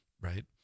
Right